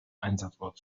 einsatzort